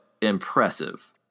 impressive